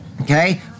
okay